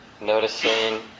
noticing